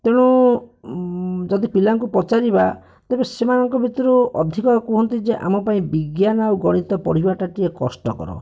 ତେଣୁ ଯଦି ପିଲାଙ୍କୁ ପଚାରିବା ତେବେ ସେମାନଙ୍କ ଭିତରୁ ଅଧିକ କୁହନ୍ତି ଯେ ଆମ ପାଇଁ ବିଜ୍ଞାନ ଆଉ ଗଣିତ ପଢ଼ିବାଟା ଟିକିଏ କଷ୍ଟକର